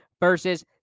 versus